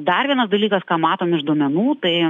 dar vienas dalykas ką matom iš duomenų tai